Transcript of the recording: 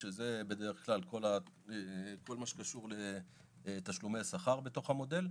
שזה בדרך כלל כל מה שקשור לתשלומי שכר בתוך המודל.